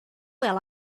ela